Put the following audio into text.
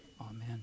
Amen